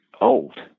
old